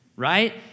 Right